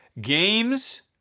games